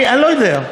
אני לא יודע.